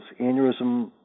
Aneurysm